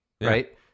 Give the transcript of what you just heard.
right